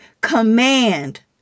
command